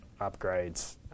upgrades